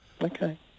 Okay